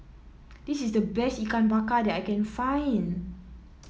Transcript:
this is the best Ikan Bakar that I can find